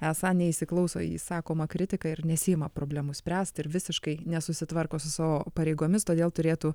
esą neįsiklauso į išsakomą kritiką ir nesiima problemų spręst ir visiškai nesusitvarko su savo pareigomis todėl turėtų